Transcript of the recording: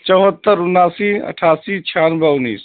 چوہتر اناسی اٹھاسی چھیانوے انیس